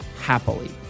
happily